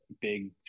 big